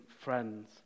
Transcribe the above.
friends